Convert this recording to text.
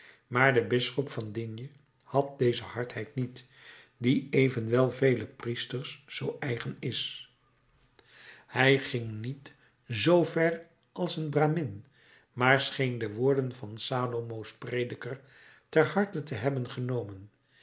maar de bisschop van digne had deze hardheid niet die evenwel velen priesters zoo eigen is hij ging niet zoo ver als de brahmin maar scheen de woorden van salomo's prediker ter harte te hebben genomen